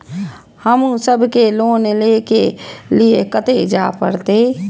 हमू सब के लोन ले के लीऐ कते जा परतें?